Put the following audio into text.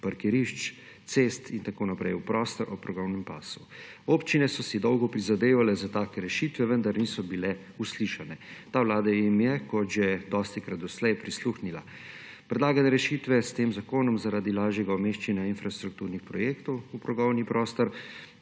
parkirišč, cest in tako naprej, v prostor ob progovnem pasu. Občine so si dolgo prizadevale za take rešitve, vendar niso bile uslišane. Ta vlada jim je kot že dostikrat doslej prisluhnila. Predlagane rešitve s tem zakonom zaradi lažjega umeščanja infrastrukturnih projektov ob progovni prostor,